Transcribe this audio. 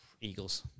Eagles